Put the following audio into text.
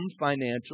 financial